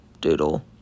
doodle